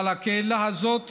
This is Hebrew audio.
אבל הקהילה הזאת